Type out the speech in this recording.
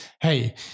Hey